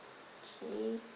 okay